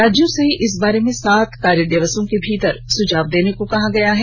राज्यों से इस बारे में सात कार्य दिवसों के भीतर सुझाव देने को कहा गया है